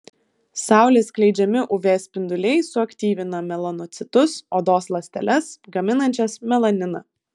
saulės skleidžiami uv spinduliai suaktyvina melanocitus odos ląsteles gaminančias melaniną